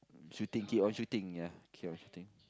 mm shooting keep on shooting ya keep on shooting